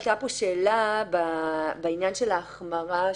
עלתה פה שאלה בעניין של החמרה,